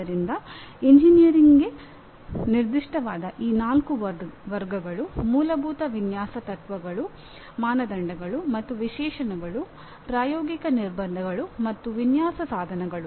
ಆದ್ದರಿಂದ ಎಂಜಿನಿಯರಿಂಗ್ಗೆ ನಿರ್ದಿಷ್ಟವಾದ ಈ ನಾಲ್ಕು ವರ್ಗಗಳು ಮೂಲಭೂತ ವಿನ್ಯಾಸ ತತ್ವಗಳು ಮಾನದಂಡಗಳು ಮತ್ತು ವಿಶೇಷಣಗಳು ಪ್ರಾಯೋಗಿಕ ನಿರ್ಬಂಧಗಳು ಮತ್ತು ವಿನ್ಯಾಸ ಸಾಧನಗಳು